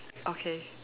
okay